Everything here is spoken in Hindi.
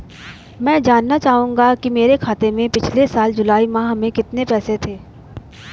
मैं जानना चाहूंगा कि मेरे खाते में पिछले साल जुलाई माह में कितने पैसे थे?